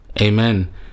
Amen